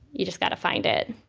you just got to find it.